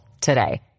today